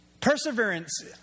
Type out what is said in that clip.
Perseverance